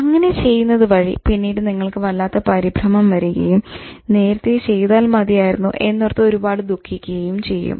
അങ്ങനെ ചെയ്യുന്നത് വഴി പിന്നീട് നിങ്ങൾക്ക് വല്ലാത്ത പരിഭ്രമം വരികയും "നേരത്തെ ചെയ്താൽ മതിയായിരുന്നു" എന്നോർത്ത് ഒരുപാട് ദുഃഖിക്കുകയും ചെയ്യും